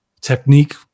technique